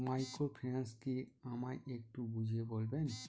Microfinance কি আমায় একটু বুঝিয়ে বলবেন?